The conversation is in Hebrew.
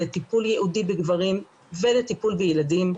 לטיפול ייעודי בגברים ולטיפול בילדים,